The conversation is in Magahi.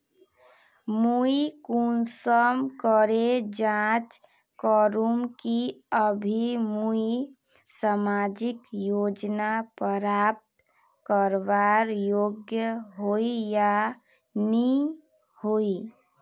मुई कुंसम करे जाँच करूम की अभी मुई सामाजिक योजना प्राप्त करवार योग्य होई या नी होई?